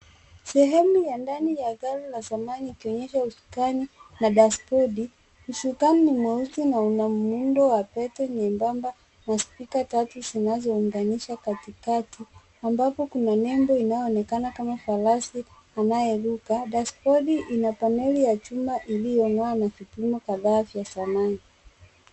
Sehemu ya ndani ya gari la zamani likionyesha usukani na dashibodi. Usukani ni mweusi na una muundo wa pete nyembamba na spika tatu zinazounganisha katikati, ambapo kuna nembo inayoonekana kama farasi anayeruka. Dashibodi ina paneli ya chuma iliyong’aa na mifumo kadhaa vya zamani.